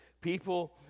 People